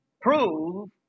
prove